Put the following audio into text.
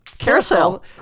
Carousel